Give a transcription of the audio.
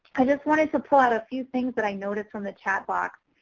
i just wanted to pull out a few things that i noticed on the chat box